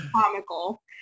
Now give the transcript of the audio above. comical